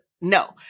no